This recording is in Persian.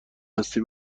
هستی